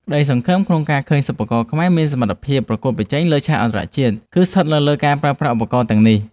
ក្តីសង្ឃឹមក្នុងការឃើញសិប្បករខ្មែរមានសមត្ថភាពប្រកួតប្រជែងលើឆាកអន្តរជាតិ គឺស្ថិតនៅលើការប្រើប្រាស់ឧបករណ៍ទាំងនេះ។